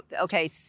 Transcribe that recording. okay